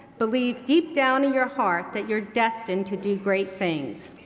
believe deep down in your heart that you're destined to do great things.